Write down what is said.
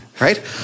right